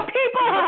people